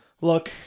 Look